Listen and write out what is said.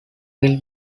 will